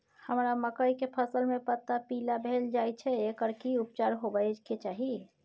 हमरा मकई के फसल में पता पीला भेल जाय छै एकर की उपचार होबय के चाही?